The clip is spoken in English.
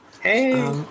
Hey